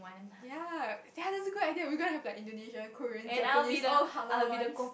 yea yea that's a good idea we gonna have Indonesia Korean Japanese all halal ones